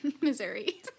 Missouri